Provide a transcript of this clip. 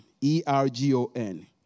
E-R-G-O-N